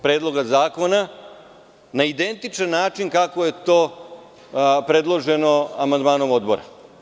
Predloga zakona na identičan način kako je to predloženo amandmanom Odbora.